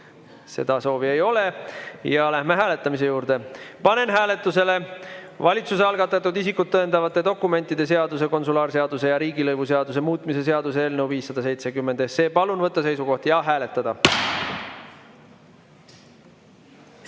Seda soovi ei ole. Läheme hääletamise juurde. Panen hääletusele valitsuse algatatud isikut tõendavate dokumentide seaduse, konsulaarseaduse ja riigilõivuseaduse muutmise seaduse eelnõu 570. Palun võtta seisukoht ja hääletada!